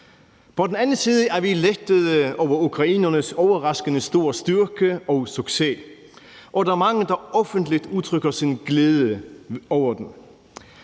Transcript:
På den anden side er vi lettede over ukrainernes overraskende store styrke og succes, og der er mange, der offentligt udtrykker deres glæde over den.